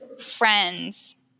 Friends